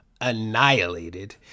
annihilated